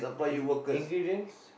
in~ ingredients